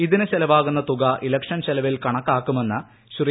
ഇതിന് ചെലവാകുന്ന തുക ഇലക്ഷൻ ചെലവിൽ കണക്കാക്കുമെന്ന് ശ്രീ